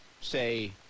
say